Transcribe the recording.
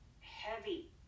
heavy